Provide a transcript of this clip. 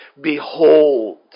Behold